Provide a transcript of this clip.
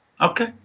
Okay